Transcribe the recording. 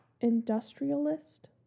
Industrialist